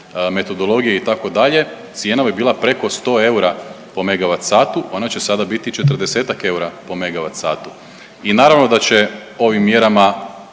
metodologije itd. cijena bi bila preko 100 eura po MWh, ona će sada biti 40-tak eura po MWh i naravno da će ovim mjerama